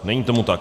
Není tomu tak.